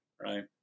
right